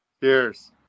Cheers